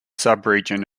subregion